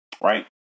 Right